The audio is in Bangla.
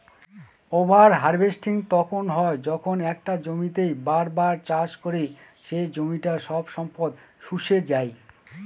ওভার হার্ভেস্টিং তখন হয় যখন একটা জমিতেই বার বার চাষ করে সে জমিটার সব সম্পদ শুষে যাই